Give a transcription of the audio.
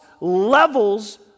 levels